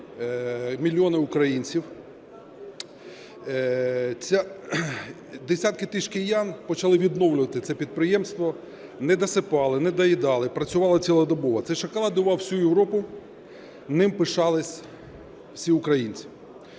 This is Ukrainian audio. мільйони українців, десятки тисяч киян почали відновлювати це підприємство. Недосипали, недоїдали, працювали цілодобово. Цей шоколад годував усю Європу, ним пишались усі українці.